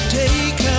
take